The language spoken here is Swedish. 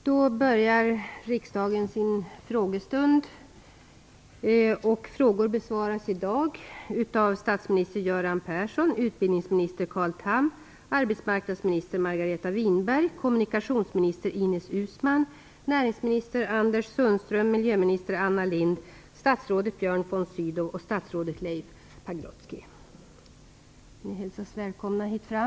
Då börjar riksdagen sin frågestund. Frågor besvaras i dag av statsminister Göran Persson, utbildningsminister Carl Tham, arbetsmarknadsminister Margareta Winberg, kommunikationsminister Ines Uusmann, näringsminister Anders Ni hälsas välkomna hit fram.